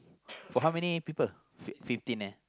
for how many people fi~ fifteen eh